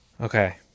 Okay